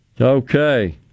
Okay